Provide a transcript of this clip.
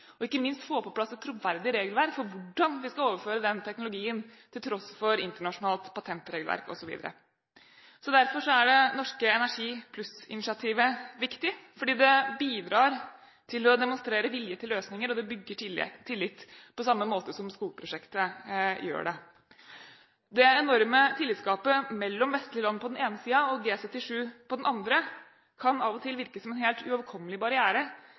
og ikke minst få på plass et troverdig regelverk for hvordan vi skal overføre den teknologien på tross av internasjonalt patentregelverk osv. Derfor er det norske Energi Plus-initiativet viktig, for det bidrar til å demonstrere vilje til løsninger og bygger tillit, på samme måte som skogprosjektet gjør. Det enorme tillitsgapet mellom vestlige land på den ene siden og G77 på den andre kan av og til virke som en helt uoverkommelig barriere